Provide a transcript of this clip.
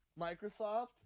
microsoft